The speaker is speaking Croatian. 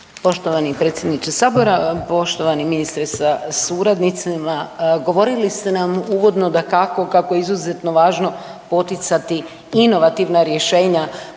Poštovani predsjedniče sabora, poštovani ministre sa suradnicima. Govorili ste nam uvodno dakako kako je izuzetno važno poticati inovativna rješenja,